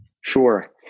Sure